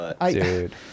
Dude